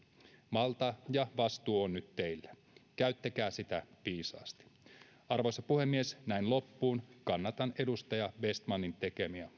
valta ja vastuu on nyt teidän käyttäkää sitä viisaasti arvoisa puhemies näin loppuun kannatan edustaja östmanin tekemiä